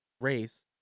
race